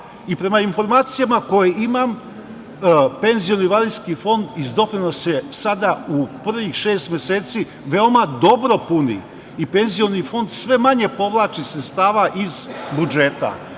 I prema informacijama koje imam, penziono-invalidski fond iz doprinosa se sada, u prvih šest meseci, veoma dobro puni i penzioni fond sve manje povlači sredstava iz budžeta,